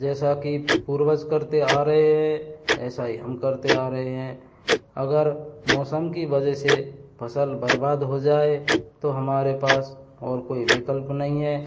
जैसा कि पूर्वज करते आ रहे हैं ऐसा ही हम करते आ रहे हैं अगर मौसम की वजह से फ़सल बर्बाद हो जाए तो हमारे पास और कोई विकल्प नहीं है